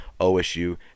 OSU